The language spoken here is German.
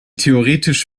theoretisch